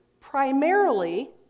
primarily